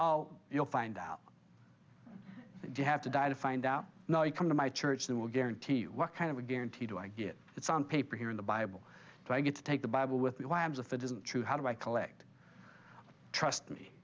it you'll find out that you have to die to find out now you come to my church that will guarantee what kind of a guarantee do i get it's on paper here in the bible if i get to take the bible with the lambs if it isn't true how do i collect trust me